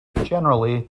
generally